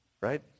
Right